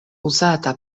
uzata